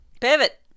Pivot